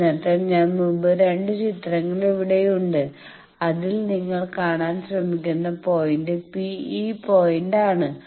അതിനർത്ഥം ഞാൻ മുൻപ് 2 ചിത്രങ്ങൾ ഇവിടെ ഇട്ടിട്ടുണ്ട് അതിൽ നിങ്ങൾ കാണാൻ ശ്രമിക്കുന്ന പോയിന്റ് P ഈ പോയിന്റ് ആണ്